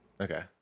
okay